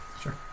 Sure